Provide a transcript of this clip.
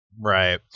Right